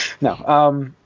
no